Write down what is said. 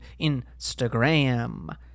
Instagram